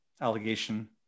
allegation